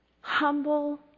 humble